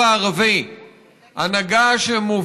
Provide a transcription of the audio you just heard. ולא בגלל שהענישה הקיימת היום לא מרתיעה.